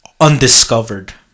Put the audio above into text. undiscovered